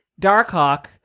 Darkhawk